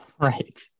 Right